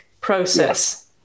process